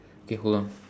K hold on